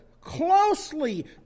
closely